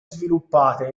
sviluppate